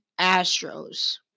Astros